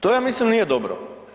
To, ja mislim, nije dobro.